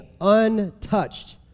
untouched